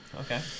Okay